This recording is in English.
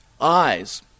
eyes